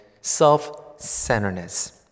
self-centeredness